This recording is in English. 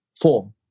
four